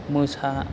मोसा